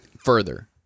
Further